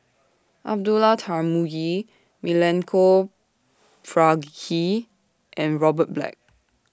Abdullah Tarmugi Milenko Prvacki and Robert Black